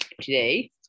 today